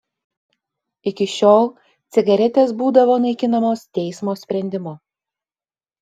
iki šiol cigaretės būdavo naikinamos teismo sprendimu